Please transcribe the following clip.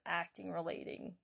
acting-relating